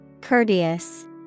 Courteous